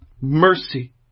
Mercy